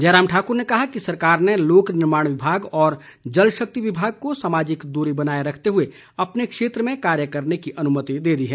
जयराम ठाकुर ने कहा कि सरकार ने लोक निर्माण विभाग और जल शक्ति विभाग को सामाजिक दूरी बनाए रखते हुए अपने क्षेत्र में कार्य करने की अनुमति दे दी है